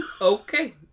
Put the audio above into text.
Okay